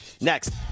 Next